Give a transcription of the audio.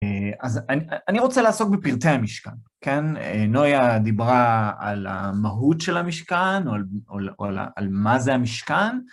אז אני רוצה לעסוק בפרטי המשכן, כן, נויה דיברה על המהות של המשכן או על מה זה המשכן.